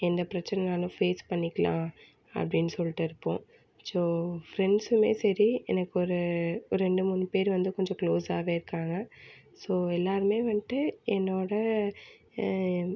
எந்த பிரச்சனைனாலும் ஃபேஸ் பண்ணிக்கலாம் அப்படின்னு சொல்லிவிட்டு இருப்போம் ஸோ ஃப்ரெண்ட்ஸுமே சரி எனக்கு ஒரு ரெண்டு மூணு பேர் வந்து கொஞ்சம் க்ளோஸாகவே இருக்காங்க ஸோ எல்லோருமே வந்துட்டு என்னோடய